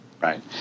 Right